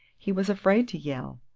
he was afraid to yell!